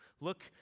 Look